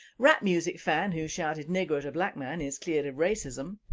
rap music fan who shouted nigger at a black man is cleared of racism